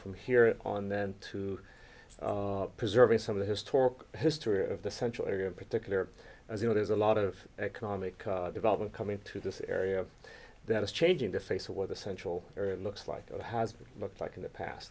from here on then to preserving some of the historic history of the central area in particular as you know there's a lot of economic development coming to this area that is changing the face of what the central area looks like it has looked like in the past